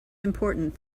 important